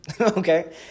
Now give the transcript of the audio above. Okay